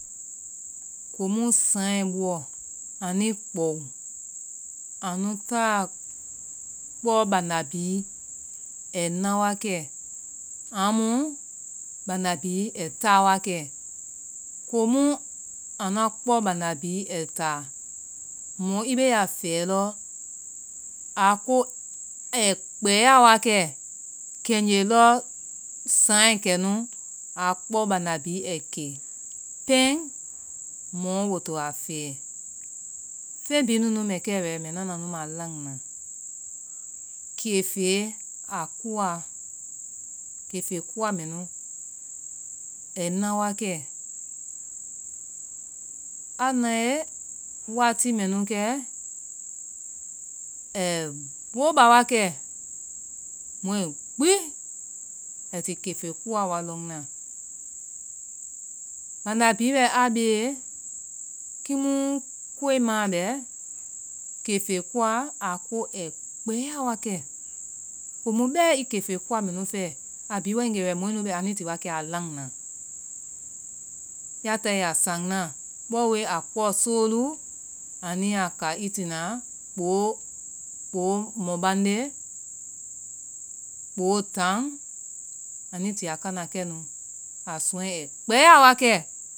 Komu sayɛ bu ɔ anui kpɔ. anu ta kpɔ banda bihi ai na wa kɛ. anmu banda bihi ai taa wa kɛ komu anua kpɔ banda bihi ai taa mɔ i beeya fɛɛ lɔ. aa koi, ai kpɛɛya kɛ, kɛngee lɔ sayɛ kɛnu aa kpɔ banda bihi ai kɛ. kɛy mɔ woi to a fɛɛ, feŋ bihi nunu mɛ kɛ wɛ, mbɛ nana anu ma lanna. keefee, a kuwaa, keefe kuwa mɛnu, ai na wa kɛ. aa nalee, wati mɛnu kɛɛ ai bɔwu ba wa kɛ. mɔɛ gbi ai ti keefe kuwa wa lɔnna. banda bihi wɛ a bee, kiimu koimaa bɛ keefa kuwa aa ko ai kpɛɛya wa kɛ komu bɛɛ i keefa kuwa mɛnu fɛɛ a bihi waegee wɛ mɔɛ nu wa kɛ a lanna. ya taae a sannaa, bɔɔ woi a kpɔ soolu, anuiyaa ka i tina, kpoo, kpoo, mɔ bande, kpoo tan anui ti a kana kɛnu. a sɔŋɔɛ ai kpɛɛyaa wa kɛ.